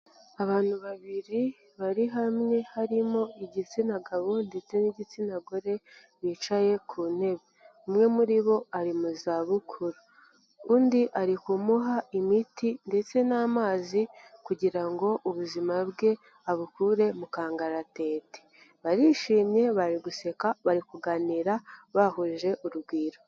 Abantu babiri bari hamwe harimo igitsina gabo ndetse n'igitsina gore bicaye ku ntebe, umwe muri bo ari mu zabukuru, undi ari kumuha imiti ndetse n'amazi kugira ngo ubuzima bwe abukure mu kangaratete, barishimye, bari guseka, bari kuganira bahuje urugwiro.